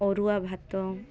ଅରୁଆ ଭାତ